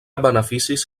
beneficis